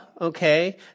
okay